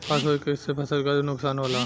Phosphorus के से फसल के का नुकसान होला?